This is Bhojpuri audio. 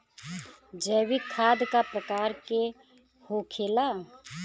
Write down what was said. जैविक खाद का प्रकार के होखे ला?